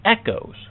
echoes